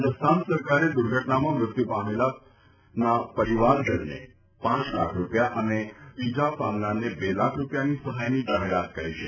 રાજસ્થાન સરકારે દુર્ઘટનામાં મૃત્યુ પામેલા પરિવારજનને પાંચ લાખ અને ઈજા પામનારને બે લાખ રૂપિયાની સહાયની જાહેરાત કરી છે